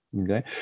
Okay